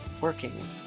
working